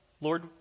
Lord